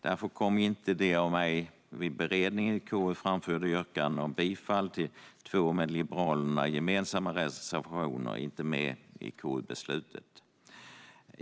Därför kom inte de av mig, vid beredningen i KU, framförda yrkandena om bifall till två med Liberalerna gemensamma reservationer med i KU-beslutet.